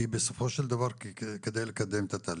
בסופו של דבר זה כדי לקדם את התהליך.